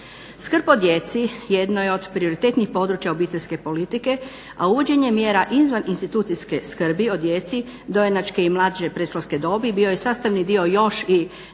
Skrb o djeci jedno je od prioritetnih područja obiteljske politike, a uvođenje mjera izvan institucijske skrbi o djeci dojenačke i mlađe predškolske dobi bio je sastavni dio još i nacionalne